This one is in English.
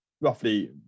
roughly